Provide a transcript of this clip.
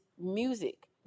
music